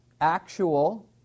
actual